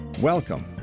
Welcome